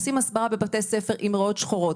עושים הסברה בבתי ספר עם ריאות שחורות,